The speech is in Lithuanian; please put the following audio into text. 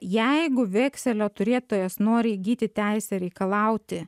jeigu vekselio turėtojas nori įgyti teisę reikalauti